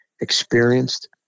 experienced